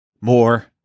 more